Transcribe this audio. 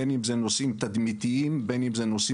בין אם זה נושאים תדמיתיים או כלכליים.